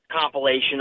compilation